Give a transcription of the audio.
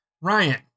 Ryan